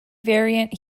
variant